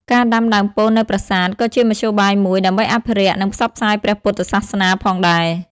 ការដាំដើមពោធិ៍នៅប្រាសាទ ក៏ជាមធ្យោបាយមួយ ដើម្បីអភិរក្ស និងផ្សព្វផ្សាយព្រះពុទ្ធសាសនាផងដែរ។